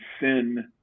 sin